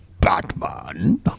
Batman